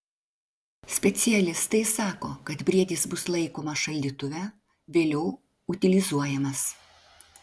specialistai sako kad briedis bus laikomas šaldytuve vėliau utilizuojamas